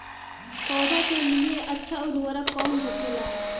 पौधा के लिए अच्छा उर्वरक कउन होखेला?